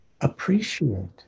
appreciate